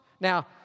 Now